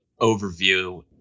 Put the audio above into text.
overview